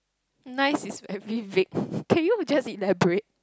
nice is very vague can you just elaborate